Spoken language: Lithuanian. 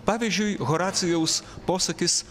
pavyzdžiui horacijaus posakis